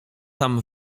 tam